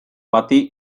bati